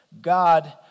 God